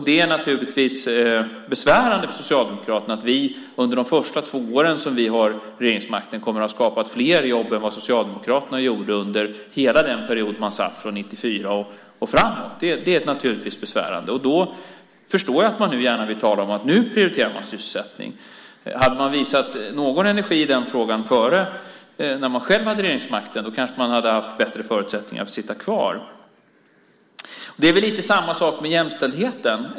Det är naturligtvis besvärande för Socialdemokraterna att vi under de första två åren vi har regeringsmakten kommer att ha skapat fler jobb än Socialdemokraterna gjorde under hela den period de satt från 1994 och framåt. Jag förstår att man därför gärna vill tala om att man nu prioriterar sysselsättning. Om ni hade visat någon energi i den frågan tidigare, när ni själva hade regeringsmakten, så kanske ni hade haft bättre förutsättningar att sitta kvar. Det är lite grann samma sak med jämställdheten.